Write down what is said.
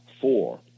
Four